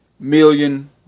million